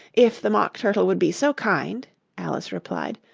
if the mock turtle would be so kind alice replied,